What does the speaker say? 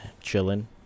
chilling